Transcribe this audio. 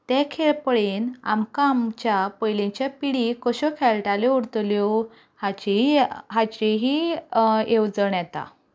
ते खेळ पळेन आमकां आमच्या पयलींच्या पिडी कश्यो खेळटाल्यो उरतल्यो हाचीय हाचीही येवजण येता